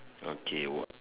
okay what